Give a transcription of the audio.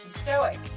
Stoic